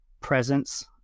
presence